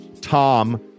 Tom